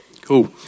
Cool